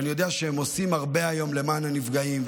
ואני יודע שהם עושים הרבה היום למען הנפגעים,